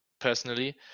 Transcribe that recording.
personally